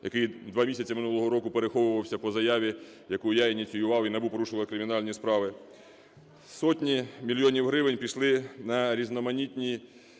який два місяці минулого року переховувався по заяві, яку я ініціював, і НАБУ порушило кримінальні справи. Сотні мільйонів гривень пішли на різноманітні